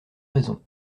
raisons